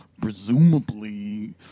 Presumably